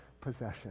possession